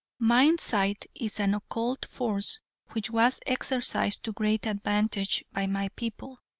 mind sight is an occult force which was exercised to great advantage by my people.